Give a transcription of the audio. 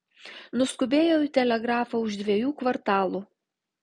nuskubėjau į telegrafą už dviejų kvartalų